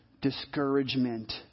discouragement